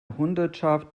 hundertschaft